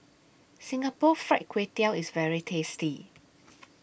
Singapore Fried Kway Tiao IS very tasty